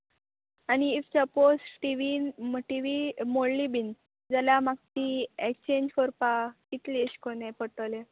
आनी if suppose टीवीन T V मोडली बीन जाल्यार म्हाका ती एक्सचेंज कोरपा कितले एश कोन हे पडटोले